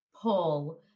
pull